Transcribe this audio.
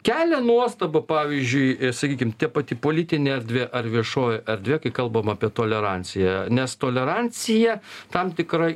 kelia nuostabą pavyzdžiui sakykime pati politinė erdvė ar viešoji erdvė kai kalbam apie toleranciją nes tolerancija tam tikrai